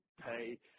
pay